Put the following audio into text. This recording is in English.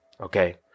Okay